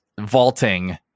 vaulting